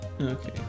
Okay